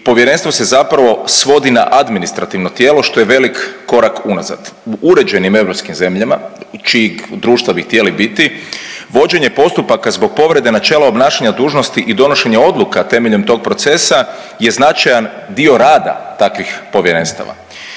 povjerenstvo se zapravo svodi na administrativno tijelo što je velik korak unazad. U uređenim europskim zemljama čije društvo bi htjeli biti vođenje postupaka zbog povrede načela obnašanja dužnosti i donošenje odluka temeljem tog procesa je značajan dio rada takvih povjerenstava